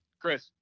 Chris